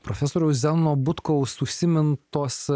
profesoriaus zenono butkaus užsimintos